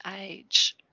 age